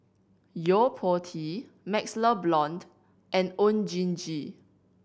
Yo Po Tee MaxLe Blond and Oon Jin Gee